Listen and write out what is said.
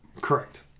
Correct